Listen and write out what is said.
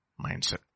mindset